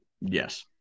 Yes